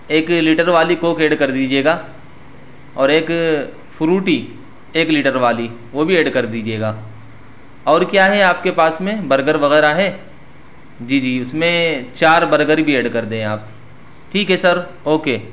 ایک لیٹر والی coke add کر دیجیے گا اور ایک فروٹی ایک لیٹر والی وہ بھی ایڈ کر دیجیے گا اور کیا ہے آپ کے پاس میں برگر وغیرہ ہے جی جی اس میں چار برگر بھی ایڈ کردیں آپ ٹھیک ہے سر اوکے